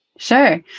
Sure